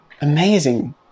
amazing